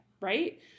Right